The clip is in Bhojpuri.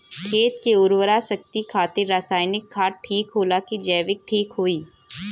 खेत के उरवरा शक्ति खातिर रसायानिक खाद ठीक होला कि जैविक़ ठीक होई?